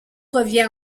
reviens